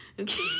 okay